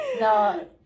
No